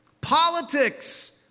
politics